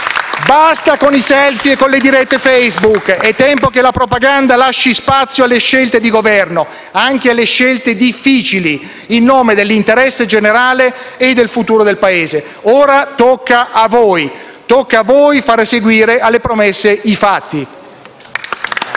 Basta con i *selfie* e con le dirette Facebook! È tempo che la propaganda lasci spazio alle scelte di Governo, anche alle scelte difficili, in nome dell'interesse generale e del futuro del Paese. Ora tocca a voi. Tocca a voi fare seguire alle promesse i fatti.